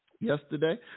Yesterday